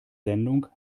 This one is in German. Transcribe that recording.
sendung